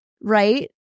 right